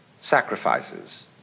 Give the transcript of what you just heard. sacrifices